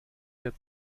der